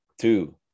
two